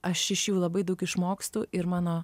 aš iš jų labai daug išmokstu ir mano